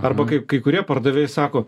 arba kaip kai kurie pardavėjai sako